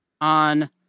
on